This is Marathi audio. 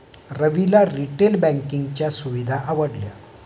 रविला रिटेल बँकिंगच्या सुविधा आवडल्या